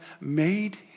made